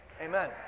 Amen